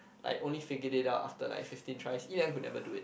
like only figure it out after like fifteen tries Yi-Yang could never do it